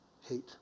hate